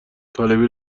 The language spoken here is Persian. طالبی